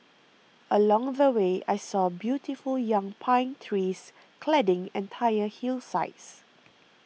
along the way I saw beautiful young pine trees cladding entire hillsides